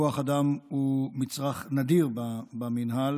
כוח אדם הוא מצרך נדיר במינהל,